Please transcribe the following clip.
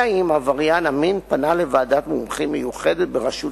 אלא אם עבריין המין פנה לוועדת מומחים מיוחדת בראשות